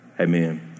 Amen